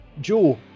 Joe